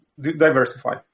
diversify